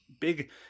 big